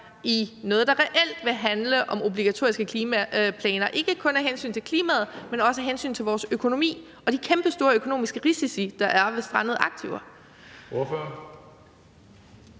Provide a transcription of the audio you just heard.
i noget, der reelt vil handle om obligatoriske klimaplaner – ikke kun af hensyn til klimaet, men også af hensyn til vores økonomi og de kæmpestore økonomiske risici, der er ved strandede aktiver?